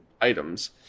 items